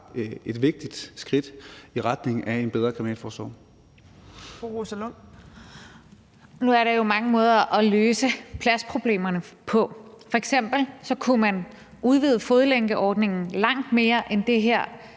et vigtigt skridt i retning af en bedre kriminalforsorg.